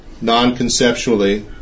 non-conceptually